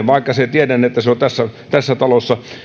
vaikka tiedän että se on tässä tässä talossa